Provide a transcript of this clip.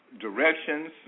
directions